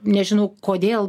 nežinau kodėl